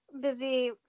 busy